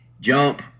Jump